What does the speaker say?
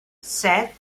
set